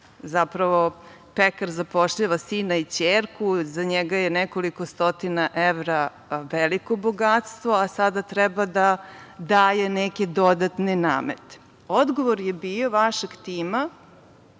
zapravo pekar zapošljava sina i ćerku i za njega je nekoliko stotina evra veliko bogatstvo, a sada treba da daje neke dodatne namete. Odgovor je bio vašeg tima